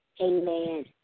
Amen